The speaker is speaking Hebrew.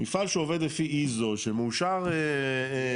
מפעל שעובד לפי ISO שמאושר FDA,